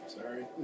sorry